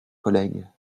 collègues